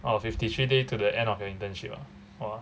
oh fifty three day to the end of your internship ah !wah!